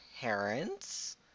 parents